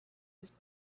his